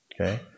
okay